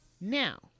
Now